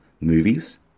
Movies